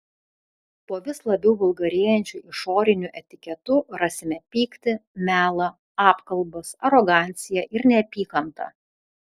po vis labiau vulgarėjančiu išoriniu etiketu rasime pyktį melą apkalbas aroganciją ir neapykantą